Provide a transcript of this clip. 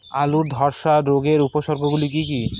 আলুর ধ্বসা রোগের উপসর্গগুলি কি কি?